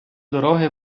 дороги